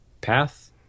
path